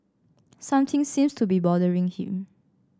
something seems to be bothering him